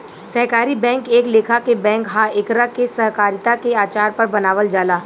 सहकारी बैंक एक लेखा के बैंक ह एकरा के सहकारिता के आधार पर बनावल जाला